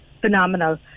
phenomenal